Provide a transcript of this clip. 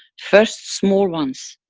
first small ones,